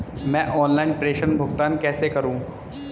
मैं ऑनलाइन प्रेषण भुगतान कैसे करूँ?